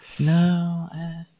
No